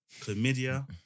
chlamydia